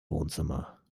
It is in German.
wohnzimmer